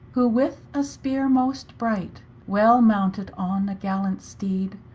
who, with a spere most bright, well-mounted on a gallant steed,